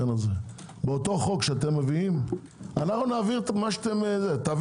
באותו חוק שאתם מביאים - תביאו את זה,